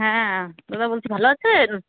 হ্যাঁ দাদা বলছি ভালো আছেন